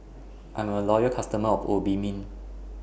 I'm A Loyal customer of Obimin